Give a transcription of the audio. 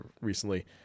Recently